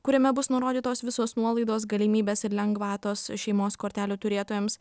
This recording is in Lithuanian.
kuriame bus nurodytos visos nuolaidos galimybės ir lengvatos šeimos kortelių turėtojams